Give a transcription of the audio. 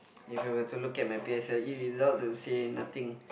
if you were to look at my p_s_l_e result you'll say nothing